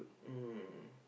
mm